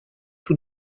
tout